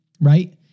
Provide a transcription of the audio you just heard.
right